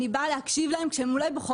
אני באה להקשיב להם כשהם אולי בוחרים